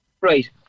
Right